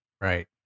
Right